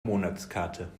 monatskarte